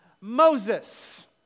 Moses